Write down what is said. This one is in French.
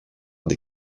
des